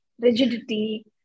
rigidity